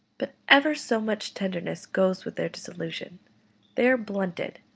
but ever so much kindness goes with their disillusion they are blunted,